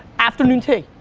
afternoon tea.